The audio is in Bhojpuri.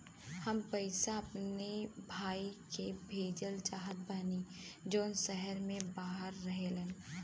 हम पैसा अपने भाई के भेजल चाहत बानी जौन शहर से बाहर रहेलन